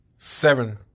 Seven